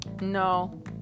No